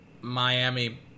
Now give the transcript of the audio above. Miami